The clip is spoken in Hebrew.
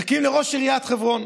מחכים לראש עיריית חברון.